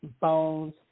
bones